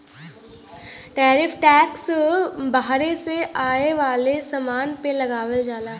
tariff tax बहरे से आये वाले समान पे लगावल जाला